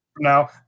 now